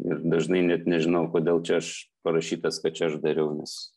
ir dažnai net nežinau kodėl čia aš parašytas kad čia aš dariau nes